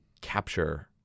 capture